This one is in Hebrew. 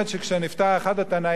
כשנפטר אחד התנאים,